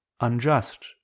unjust